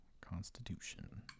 Constitution